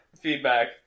feedback